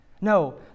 No